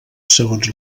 segons